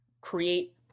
create